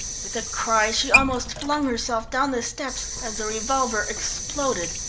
with a cry she almost flung herself down the steps as the revolver exploded.